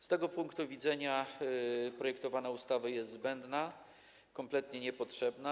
Z tego punktu widzenia projektowana ustawa jest zbędna, kompletnie niepotrzebna.